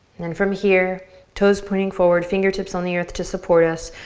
then from here toes pointing forward, fingertips on the earth to support us,